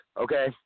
okay